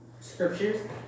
scriptures